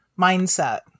mindset